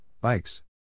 Bikes